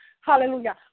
hallelujah